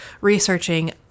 researching